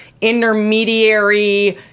intermediary